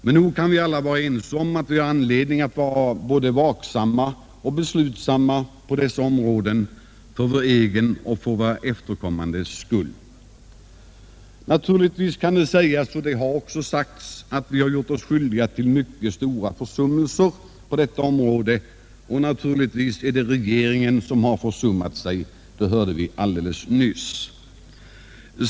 Men nog kan vi alla vara ense om att det är anledning att vara både vaksam och beslutsam på dessa områden för vår egen och för våra efterkommandes skull. Naturligtvis kan det sägas — och det har också sagts — att vi har gjort oss skyldiga till mycket stora försummelser på detta område och att det naturligtvis är regeringen som har försummat sig — det hörde vi alldeles nyss.